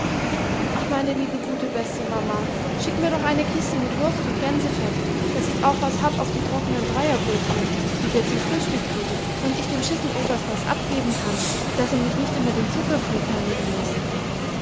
ach meine liebe gute beste mama schick mir doch eine kiste mit wurst und gänsefett daß ich auch was hab auf die trockenen dreierbrotchen die wir zum frihstick kriegen und ich dem schisseloberst was abgeben kann daß er mich nicht immer den zucker frih karieren läßt